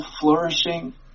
flourishing